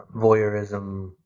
voyeurism